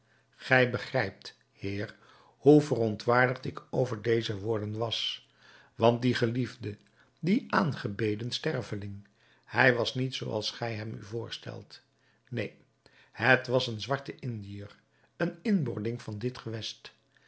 gij begrijpt heer hoe verontwaardigd ik over deze woorden was want die geliefde die aangebeden sterveling hij was niet zooals gij hem u voorstelt neen het was een zwarte indiër een inboorling van dit gewest